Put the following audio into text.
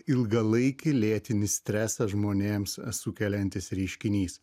ilgalaikį lėtinį stresą žmonėms sukeliantis reiškinys